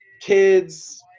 kids